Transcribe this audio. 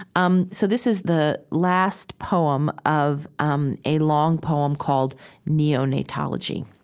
um so this is the last poem of um a long poem called neonatology